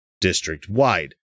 district-wide